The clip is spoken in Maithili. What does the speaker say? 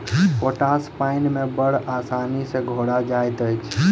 पोटास पाइन मे बड़ आसानी सॅ घोरा जाइत अछि